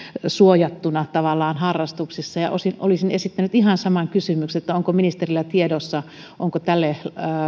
suojattuna harrastuksissa ja olisin esittänyt ihan saman kysymyksen onko ministerillä tiedossa onko tälle